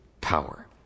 power